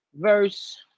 Verse